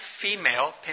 female